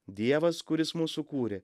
dievas kuris mus sukūrė